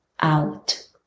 out